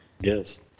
Yes